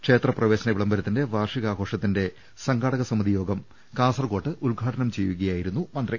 ക്ഷേത്ര പ്രവേശന വിളംബരത്തിന്റെ വാർഷികാഘോഷത്തിന്റെ സംഘാടകസമിതി യോഗം കാസർകോട്ട് ഉദ്ഘാടനം ചെയ്യുകയായിരുന്നു മന്ത്രി